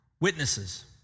witnesses